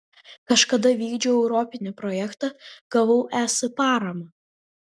kažkada vykdžiau europinį projektą gavau es paramą